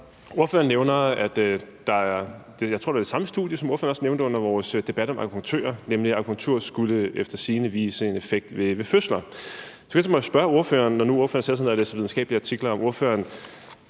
Ordføreren nævner – jeg tror, det var det samme studie, som ordføreren også nævnte under vores debat om akupunktører – at akupunktur efter sigende skulle vise en effekt ved fødsler. Det fører mig til at spørge ordføreren, når nu ordføreren sætter sig ned og læser videnskabelige artikler, om ordføreren